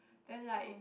then like